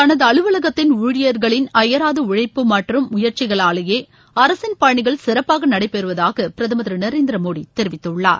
தனது அலுவலகத்தின் ஊழியர்களின் அயராத உழைப்பு மற்றும் முயற்சிகளாலேயே அரசின் பணிகள் சிறப்பாக நடைபெறுவதாக பிரதமர் திருநரேந்திர மோடி தெரிவித்துள்ளார்